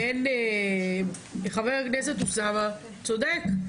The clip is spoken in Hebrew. חבר הכנסת אוסאמה צודק.